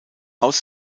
aus